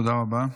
תודה רבה.